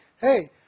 hey